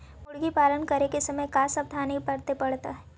मुर्गी पालन करे के समय का सावधानी वर्तें पड़तई?